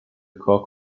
cock